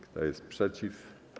Kto jest przeciw?